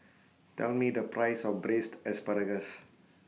Tell Me The Price of Braised Ssparagus